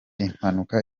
impanuka